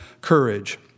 courage